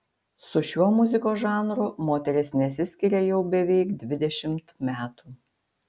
su šiuo muzikos žanru moteris nesiskiria jau beveik dvidešimt metų